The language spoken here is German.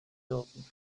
dürfen